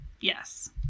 Yes